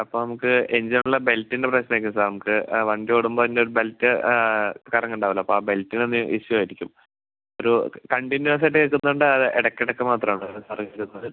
അപ്പം നമക്ക് എഞ്ചിനുള്ള ബെൽറ്റിൻ്റെ പ്രശ്നം ആയിരിക്കും സാർ നമക്ക് ആ വണ്ടി ഓടുമ്പം അയിൻ്റെ ബെൽറ്റ് കറങ്ങുന്നുണ്ടാവുമല്ലോ അപ്പം ആ ബെൽറ്റിന് എന്തെങ്കിലും ഇഷ്യൂ ആയിരിക്കും ഒരു കണ്ടിന്യൂസ് ആയിട്ട് എടുക്കുന്നതുകൊണ്ട് അത് ഇടയ്ക്ക് ഇടയ്ക്ക് മാത്രമേ ഉള്ളോ സാർ ഇഷ്യൂ വരുന്നത്